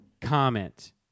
comment